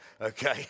Okay